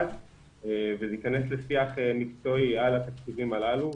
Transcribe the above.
ולהיכנס לשיח מקצועי על התקציבים הללו,